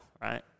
right